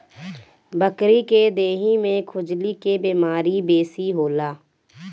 बकरी के देहि में खजुली के बेमारी बेसी होला